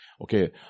Okay